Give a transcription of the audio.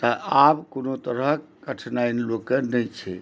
तऽ आब कोनो तरहक कठिनाइ लोकके नहि छै